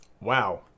Wow